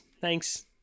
Thanks